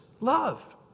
love